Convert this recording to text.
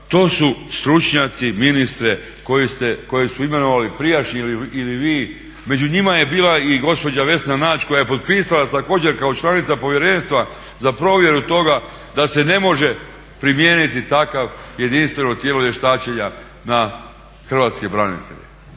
To su stručnjaci ministre koje su imenovali prijašnji ili vi. Među njima je bila i gospođa Vesna Nađ koja je potpisala također kao članica Povjerenstva za provjeru toga da se ne može primijeniti takvo jedinstveno tijelo vještačenja na hrvatske branitelje,